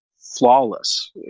flawless